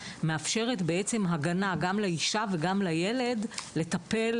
מאפשרת הגנה גם לאישה וגם לילד לטפל